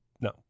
no